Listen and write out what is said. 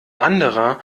anderer